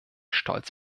stolz